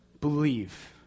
believe